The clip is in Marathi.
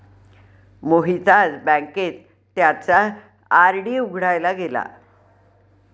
मोहित आज बँकेत त्याचा आर.डी उघडायला गेला